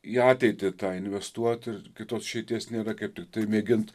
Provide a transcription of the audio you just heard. į ateitį tą investuot ir kitos išeities nėra kaip tiktai mėgint